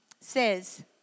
says